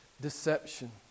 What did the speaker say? deception